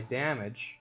damage